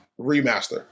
remaster